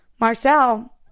marcel